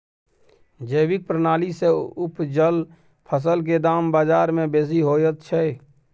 जैविक प्रणाली से उपजल फसल के दाम बाजार में बेसी होयत छै?